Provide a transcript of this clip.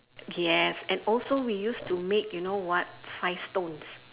yes and also we used to make you know what five stones